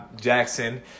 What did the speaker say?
Jackson